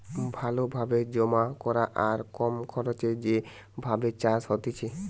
ভালো ভাবে জমা করা আর কম খরচে যে ভাবে চাষ হতিছে